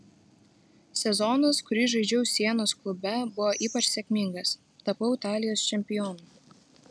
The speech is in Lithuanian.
sezonas kurį žaidžiau sienos klube buvo ypač sėkmingas tapau italijos čempionu